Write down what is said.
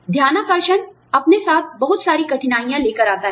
ध्यानाकर्षण अपने साथ बहुत सारी कठिनाइयाँ लेकर आता है